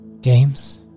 Games